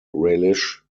relish